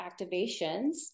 activations